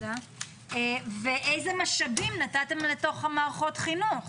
ואילו משאבים נתתם למערכות החינוך